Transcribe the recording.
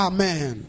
Amen